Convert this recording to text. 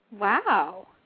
Wow